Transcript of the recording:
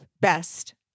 best